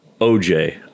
OJ